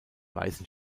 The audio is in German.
weißen